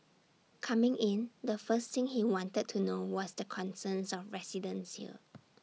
coming in the first thing he wanted to know was the concerns of residents here